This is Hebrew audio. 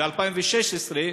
ב-2016,